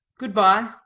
good-by.